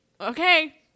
okay